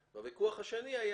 והשני,